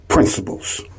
Principles